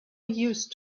used